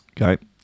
Okay